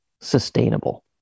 sustainable